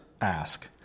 ask